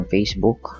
Facebook